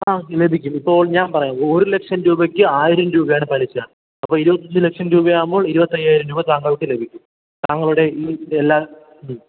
ആ ലഭിക്കും ഇപ്പോൾ ഞാൻ പറയാം ഒരു ലക്ഷം രൂപയ്ക്ക് ആയിരം രൂപയാണ് പലിശ അപ്പോൾ ഇരുപത്തഞ്ച് ലക്ഷം രൂപ ആവുമ്പോൾ ഇരുപത്തയ്യായിരം രൂപ താങ്കൾക്ക് ലഭിക്കും താങ്കളുടെ ഈ എല്ലാ ഇതും